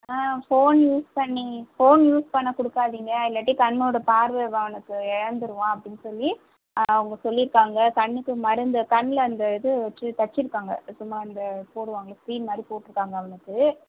phone use பண்ணி phone use பண்ண கொடுக்காதீங்க இல்லாட்டி கண்ணோடய பார்வை அவனுக்கு இழந்துடுவான் அப்படின்னு சொல்லி அவங்க சொல்லியிருக்காங்க கண்ணுக்கு மருந்து கண்ணில் அந்த இது வச்சு தைச்சிருங்காக சும்மா அந்த போடுவாங்கல்லே ஸ்கிரீன் மாதிரி போட்டிருக்காங்க அவனுக்கு